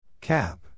Cap